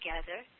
together